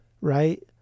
right